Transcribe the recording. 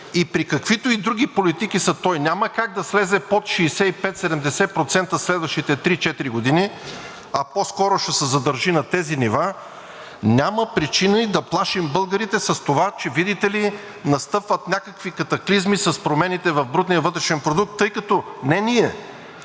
и при каквито и други политики той няма как да слезе под 65 – 70% следващите 3 – 4 години, а по-скоро ще се задържи на тези нива, няма причина и да плашим българите с това, че видите ли, настъпват някакви катаклизми с промените в брутния вътрешен продукт, тъй като не ние,